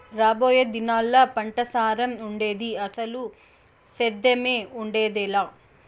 రాబోయే దినాల్లా పంటసారం ఉండేది, అసలు సేద్దెమే ఉండేదెలా